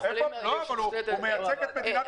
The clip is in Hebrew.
הוא מייצג את מדינת ישראל.